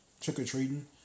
trick-or-treating